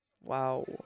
Wow